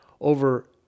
over